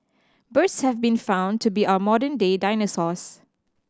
birds have been found to be our modern day dinosaurs